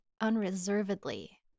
unreservedly